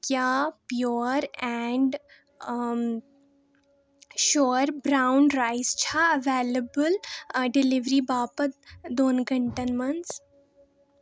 کیٛاہ pure and sure brown rice چھا available delivery باپتھ دۄن گھٲنٛٹَن منٛز